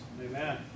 amen